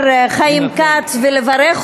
הייתי יכולה לפנות לחבר הכנסת השר חיים כץ ולברך